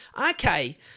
Okay